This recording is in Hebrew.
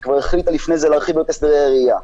היא כבר החליטה לפני זה להרחיב לו את הסדרי הראיה.